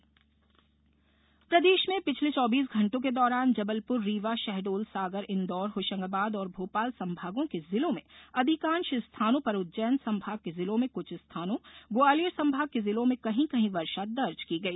मौसम प्रदेष में पिछले चौबीस घंटों के दौरान जबलपुर रीवा षहडोल सागर इंदौर होषंगाबाद और भोपाल संभागों के जिलों में अधिकांष स्थानों पर उज्जैन सम्भाग के जिलों में क्छ स्थानों ग्वालियर सम्भाग के जिलों में कहीं कहीं वर्षा दर्ज की गई